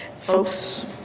Folks